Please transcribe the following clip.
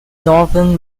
northern